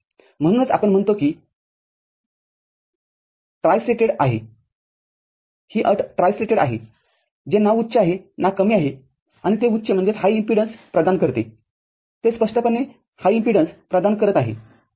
म्हणूनच आपण म्हणतो ही अट ट्राय स्टेटेडआहे जे ना उच्चआहे ना कमीआहे आणि ते उच्चइम्पीडन्स प्रदान करते ते स्पष्टपणे उच्चइम्पीडन्सप्रदान करत आहे